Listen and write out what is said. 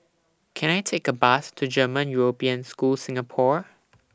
Can I Take A Bus to German European School Singapore